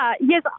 yes